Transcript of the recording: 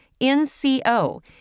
NCO